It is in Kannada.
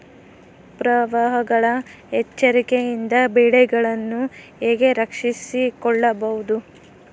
ಪ್ರವಾಹಗಳ ಎಚ್ಚರಿಕೆಯಿಂದ ಬೆಳೆಗಳನ್ನು ಹೇಗೆ ರಕ್ಷಿಸಿಕೊಳ್ಳಬಹುದು?